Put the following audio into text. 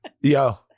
yo